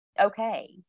Okay